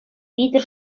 витӗр